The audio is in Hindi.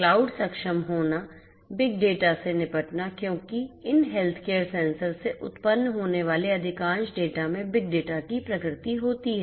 क्लाउड सक्षम होना बिग डेटा से निपटना क्योंकि इन हेल्थकेयर सेंसर से उत्पन्न होने वाले अधिकांश डेटा में बिग डेटा की प्रकृति होती है